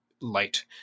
light